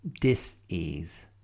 dis-ease